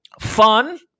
fun